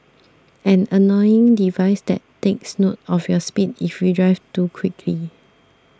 an annoying device that takes note of your speed if you drive too quickly